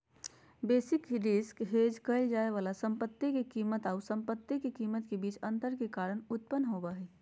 basis risk hedge क़इल जाय वाला संपत्ति के कीमत आऊ संपत्ति के कीमत के बीच अंतर के कारण उत्पन्न होबा हइ